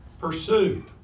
Pursue